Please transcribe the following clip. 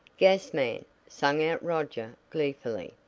gas man! sang out roger gleefully.